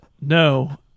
No